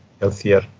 healthier